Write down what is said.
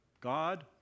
God